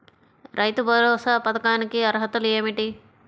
రైతు భరోసా పథకానికి అర్హతలు ఏమిటీ?